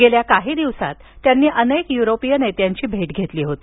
गेल्या काही दिवसात त्यांनी अनेक युरोपीय नेत्यांची भेट घेतली होती